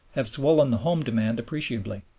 have swollen the home demand appreciably,